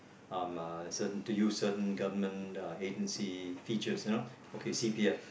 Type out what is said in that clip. um uh certain to use certain government agency features you know okay C_P_F